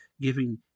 giving